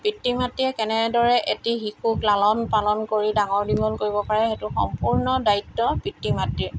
পিতৃ মাতৃয়ে কেনেদৰে এটি শিশুক লালন পালন কৰি ডাঙৰ দীঘল কৰিব পাৰে সেইটো সম্পূৰ্ণ দায়িত্ব পিতৃ মাতৃৰ